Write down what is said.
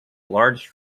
large